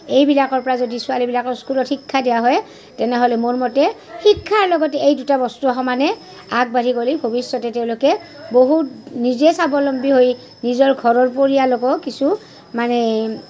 এইবিলাকৰ পৰা যদি ছোৱালীবিলাকৰ স্কুলত শিক্ষা দিয়া হয় তেনেহ'লে মোৰ মতে শিক্ষাৰ লগতে এই দুটা বস্তু সমানে আগবাঢ়ি গ'লে ভৱিষ্যতে তেওঁলোকে বহুত নিজে স্বাৱলম্বী হৈ নিজৰ ঘৰৰ পৰিয়ালকো কিছু মানে